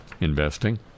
investing